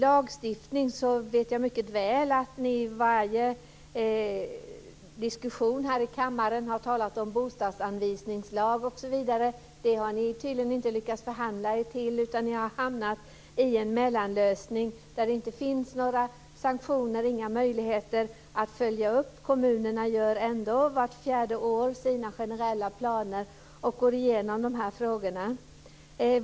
Jag vet mycket väl att ni i varje diskussion här i kammaren har talat om en bostadsanvisningslag. Det har ni tydligen inte lyckats förhandla er till. Ni har hamnat i en mellanlösning där det inte finns några sanktioner och inga möjligheter att följa upp detta. Kommunerna gör ändå sina generella planer vart fjärde år och går igenom de här frågorna.